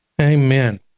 Amen